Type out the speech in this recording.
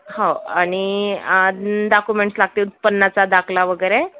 हो आणि आणि डाकुमेंट्स लागतील उत्पन्नाचा दाखला वगैरे